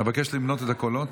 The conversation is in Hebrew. אבקש למנות את הקולות.